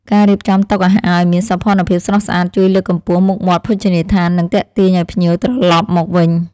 ការរៀបចំតុអាហារឱ្យមានសោភ័ណភាពស្រស់ស្អាតជួយលើកកម្ពស់មុខមាត់ភោជនីយដ្ឋាននិងទាក់ទាញឱ្យភ្ញៀវត្រឡប់មកវិញ។